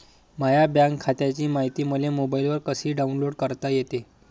माह्या बँक खात्याची मायती मले मोबाईलवर कसी डाऊनलोड करता येते?